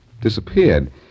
disappeared